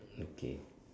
okay